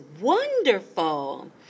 wonderful